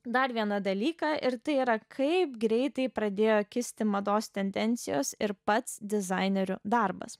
dar vieną dalyką ir tai yra kaip greitai pradėjo kisti mados tendencijos ir pats dizainerių darbas